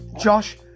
Josh